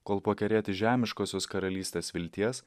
kol pakerėti žemiškosios karalystės vilties